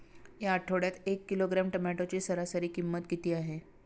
या आठवड्यात एक किलोग्रॅम टोमॅटोची सरासरी किंमत किती आहे?